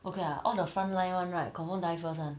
okay lah all the frontline [one] right confirm die first [one]